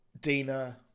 Dina